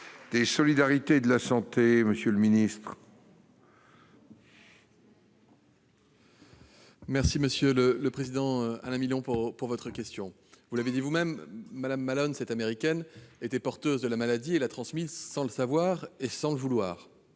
des solidarités et de la santé. Merci, monsieur le président Alain Milon, pour votre question. Vous l'avez dit vous-même, Mary Mallon, cette Américaine, était porteuse de la maladie et l'a transmise sans le savoir et sans le vouloir.